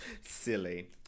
silly